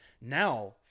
Now